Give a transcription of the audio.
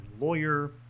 lawyer